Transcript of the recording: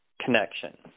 connection